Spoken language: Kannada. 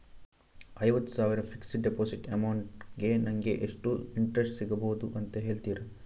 ಐವತ್ತು ಸಾವಿರ ಫಿಕ್ಸೆಡ್ ಡೆಪೋಸಿಟ್ ಅಮೌಂಟ್ ಗೆ ನಂಗೆ ಎಷ್ಟು ಇಂಟ್ರೆಸ್ಟ್ ಸಿಗ್ಬಹುದು ಅಂತ ಹೇಳ್ತೀರಾ?